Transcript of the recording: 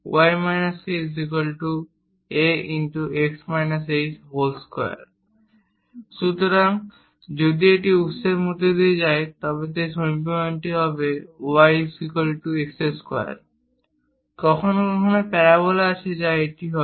a×x h2 সুতরাং যদি এটি এই উত্সের মধ্য দিয়ে যায় এবং সেই সমীকরণটি হল yx2 কখনও কখনও প্যারাবোলা আছে যা এটি হবে